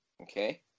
okay